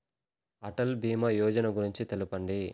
అటల్ భీమా యోజన గురించి తెలుపండి?